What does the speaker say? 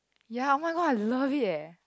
ya oh-my-god I love it eh